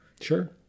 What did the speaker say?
Sure